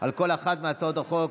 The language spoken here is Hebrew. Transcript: על כל אחת מהצעות החוק.